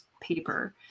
paper